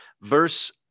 Verse